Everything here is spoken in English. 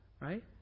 Right